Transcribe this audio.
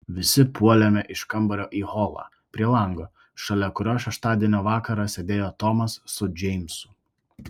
visi puolėme iš kambario į holą prie lango šalia kurio šeštadienio vakarą sėdėjo tomas su džeimsu